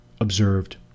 observed